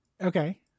Okay